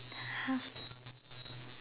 !huh!